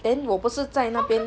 then 我不是在那边